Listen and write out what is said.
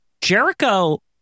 Jericho